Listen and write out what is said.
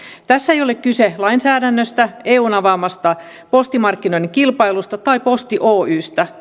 tässä ei ole kyse lainsäädännöstä eun avaamasta postimarkkinoiden kilpailusta posti oystä